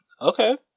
Okay